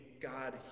God